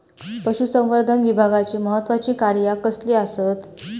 पशुसंवर्धन विभागाची महत्त्वाची कार्या कसली आसत?